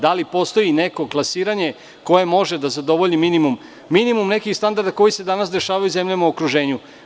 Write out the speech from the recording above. Da li postoji neko klasiranje koje može da zadovolji minimum nekih standarda koji se danas dešavaju u zemljama u okruženju?